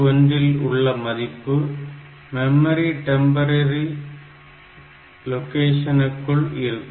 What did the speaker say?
3001 இல் உள்ள மதிப்பு மெமரி டெம்பரரி லொகேஷனுக்குள் இருக்கும்